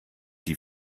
die